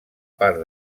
part